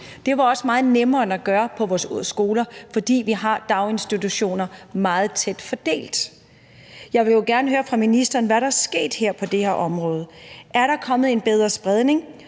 Det var også meget nemmere at gøre det her end på vores skoler, fordi vi har daginstitutioner meget tæt fordelt. Jeg vil jo gerne høre fra ministeren, hvad der er sket på det her område. Er der kommet en bedre spredning